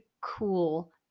cool